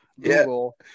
Google